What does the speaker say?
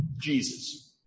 Jesus